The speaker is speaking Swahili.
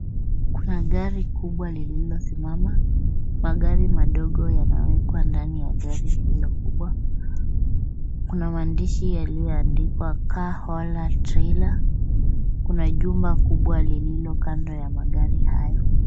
Kuna gari kubwa lililo simama ,magari madogo yanawekwa ndani ya gari hilo kubwa, kuna maandishi yaliyoandikwa car hauler treiler kuna jumba kubwa lililo kando ya magari hayo.